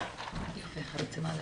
הישיבה ננעלה